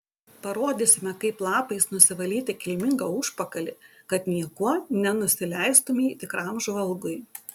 parodysime kaip lapais nusivalyti kilmingą užpakalį kad niekuo nenusileistumei tikram žvalgui